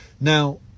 Now